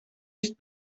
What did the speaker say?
ist